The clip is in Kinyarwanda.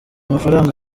amafaranga